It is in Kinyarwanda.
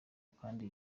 kandi